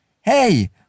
Hey